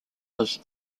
was